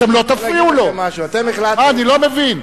אתם לא תפריעו לו, אני לא מבין.